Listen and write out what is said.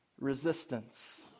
resistance